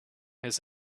his